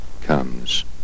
comes